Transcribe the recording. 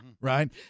right